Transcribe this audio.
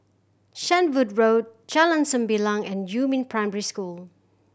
Shenvood Road Jalan Sembilang and Yumin Primary School